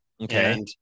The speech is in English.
Okay